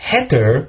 Heter